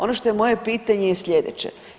Ono što je moje pitanje je sljedeće?